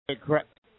correct